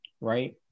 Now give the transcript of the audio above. right